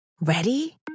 Ready